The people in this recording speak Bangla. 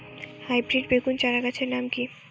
হাইব্রিড বেগুন চারাগাছের নাম কি?